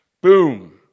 Boom